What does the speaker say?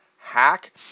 hack